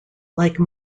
like